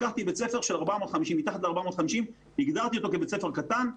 לקחתי בית ספר שמתחת ל-450 והגדרתי אותו כבית ספר קטן,